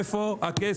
איפה הכסף?